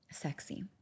sexy